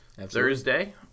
Thursday